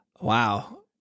Wow